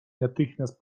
natychmiast